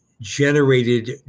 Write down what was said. generated